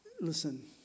Listen